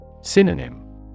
Synonym